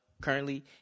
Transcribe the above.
currently